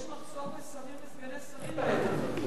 יש מחסור בשרים וסגני שרים היום.